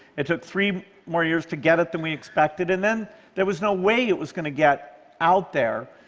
it took three more years to get it than we expected, and then there was no way it was going to get out there.